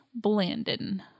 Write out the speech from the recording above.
Blandon